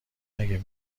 مگه